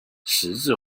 四川